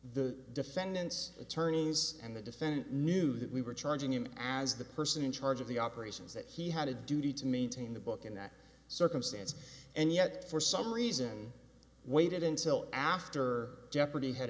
the defendant's attorneys and the defendant knew that we were charging him as the person in charge of the operations that he had a duty to maintain the book in that circumstance and yet for some reason waited until after jeopardy had